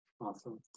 Awesome